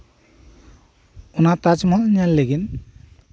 ᱚᱱᱟ ᱛᱟᱡᱽᱢᱚᱦᱚᱞ ᱧᱮᱞ ᱞᱟᱹᱜᱤᱫ